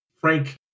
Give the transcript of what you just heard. Frank